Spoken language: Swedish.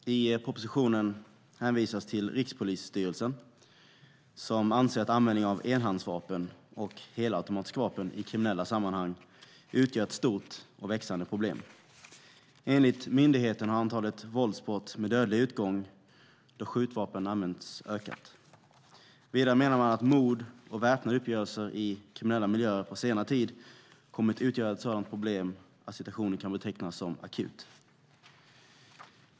Fru talman! I propositionen hänvisas till Rikspolisstyrelsen som anser att användningen av enhandsvapen och helautomatiska vapen i kriminella sammanhang utgör ett stort och växande problem. Enligt myndigheten har antalet våldsbrott med dödlig utgång då skjutvapen använts ökat. Vidare menar man att mord och väpnade uppgörelser i kriminella miljöer på senare tid kommit att utgöra ett sådant problem att situationen kan betecknas som akut.